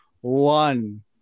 one